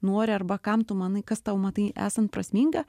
nori arba kam tu manai kas tau matai esant prasminga